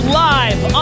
live